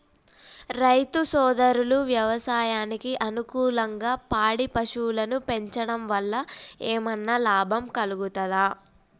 రైతు సోదరులు వ్యవసాయానికి అనుకూలంగా పాడి పశువులను పెంచడం వల్ల ఏమన్నా లాభం కలుగుతదా?